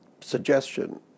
suggestion